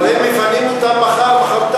אבל הם מפנים אותם מחר-מחרתיים,